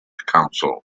council